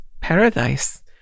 paradise